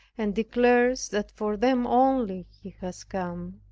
and declares that for them only he was come,